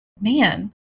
man